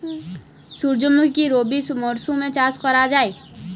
সুর্যমুখী কি রবি মরশুমে চাষ করা যায়?